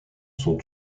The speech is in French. sont